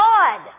God